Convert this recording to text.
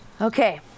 Okay